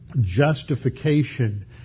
justification